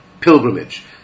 pilgrimage